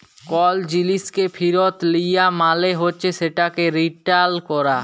call জিলিসকে ফিরত লিয়া মালে হছে সেটকে রিটার্ল ক্যরা